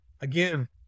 again